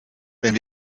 wenn